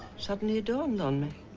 suddenly dawned on me